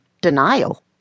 denial